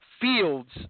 fields